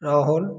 Rahul